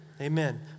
Amen